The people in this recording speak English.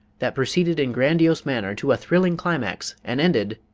that proceeded in grandiose manner to a thrilling climax, and ended